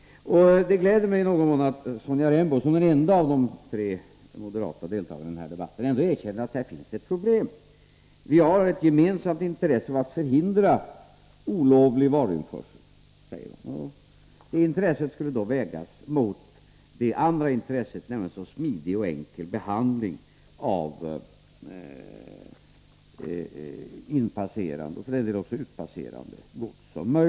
Det gläder mig i någon mån att Sonja Rembo, som den enda av de tre moderata deltagarna i den här debatten, ändå erkänner att här finns ett problem. Vi har ett gemensamt intresse av att förhindra olovlig varuinförsel, säger de. Ja, det intresset skulle då vägas mot det andra intresset, nämligen så smidig och enkel behandling som möjligt av inpasserande, och för den delen även utpasserande, gods.